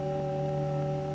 oh